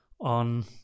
on